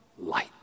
light